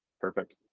perfect